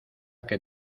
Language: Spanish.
que